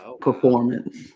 performance